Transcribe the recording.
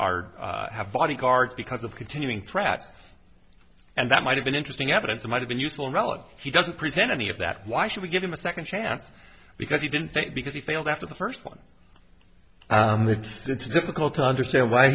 are have bodyguards because of continuing threats and that might have been interesting evidence might have been useful in reality he doesn't present any of that why should we give him a second chance because he didn't think because he failed after the first one and it's difficult to understand why